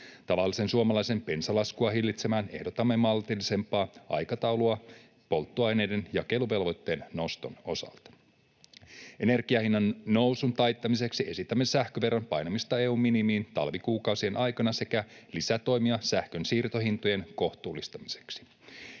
Tavallisen suomalaisen bensalaskua hillitsemään ehdotamme maltillisempaa aikataulua polttoaineiden jakeluvelvoitteen noston osalta. Energiahinnan nousun taittamiseksi esitämme sähköveron painamista EU:n minimiin talvikuukausien aikana sekä lisätoimia sähkön siirtohintojen kohtuullistamiseksi.